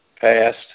past